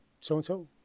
so-and-so